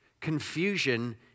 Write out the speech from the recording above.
confusion